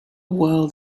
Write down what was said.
world